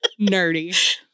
nerdy